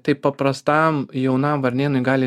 tai paprastam jaunam varnėnui gali